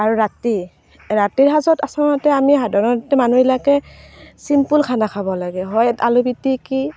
আৰু ৰাতি ৰাতিৰ সাজত আচলতে আমি সাধাৰণতে মানুহবিলাকে ছিম্পুল খানা খাব লাগে হয় আলু পিটিকি